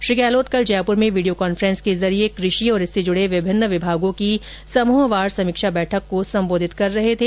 श्री गहलोत कल जयपुर में video conference के माध्यम से कृषि और इससे जुड़े विभिन्न विभागों की समूहवार समीक्षा बैठक को संबोधित कर रहे थे